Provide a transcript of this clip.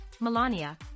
melania